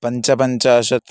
पञ्चपञ्चाशत्